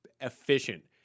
efficient